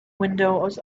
windows